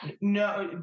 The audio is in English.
no